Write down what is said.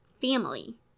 family